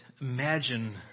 imagine